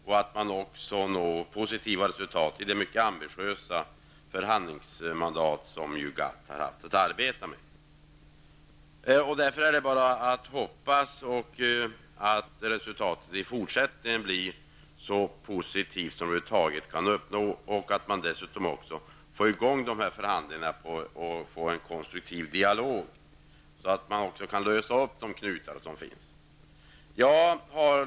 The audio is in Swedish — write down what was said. Dessutom måste man nå positiva resultat i fråga om det mycket ambitiösa förhandlingsmandat som GATT har haft att arbeta med. Mot den bakgrunden är det bara att hoppas att resultatet i fortsättningen blir så positivt som det över huvud taget är möjligt och att man får i gång förhandlingarna. Det gäller ju också att åstadkomma en konstruktiv dialog, så att det blir möjligt att lösa upp de knutar som finns.